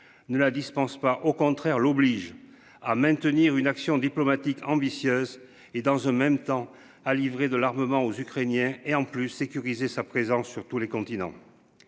Ne la dispense pas au contraire l'oblige à maintenir une action diplomatique ambitieuse et dans un même temps à livrer de l'armement aux Ukrainiens et en plus sécurisé sa présence sur tous les continents.